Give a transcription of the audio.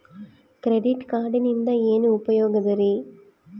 Credit ಕಾರ್ಡಿನಿಂದ ಏನು ಉಪಯೋಗದರಿ?